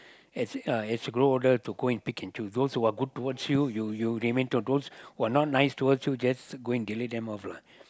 is grow older to go and pick and choose those who are good towards you you you remain to who are not nice towards you just go and delete them off lah